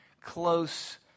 close